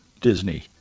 Disney